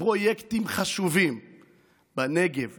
אחראי לפרויקטים חשובים בנגב,